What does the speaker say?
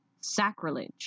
Sacrilege